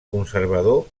conservador